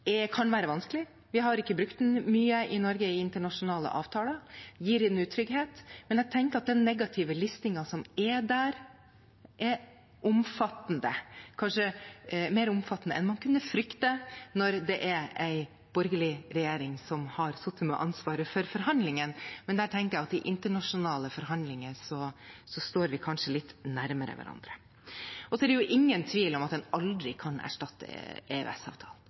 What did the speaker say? Norge i internasjonale avtaler, noe som gir en utrygghet. Men jeg tenker at den negative listingen som er der, er omfattende, kanskje mer omfattende enn man kunne frykte når det er en borgerlig regjering som har sittet med ansvaret for forhandlingene. Men der tenker jeg at i internasjonale forhandlinger står vi kanskje litt nærmere hverandre. Så er det ingen tvil om at den aldri kan erstatte